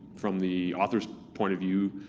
from the author's point of view,